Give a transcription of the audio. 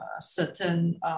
certain